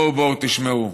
בואו, בואו, תשמעו.